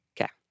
Okay